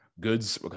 Goods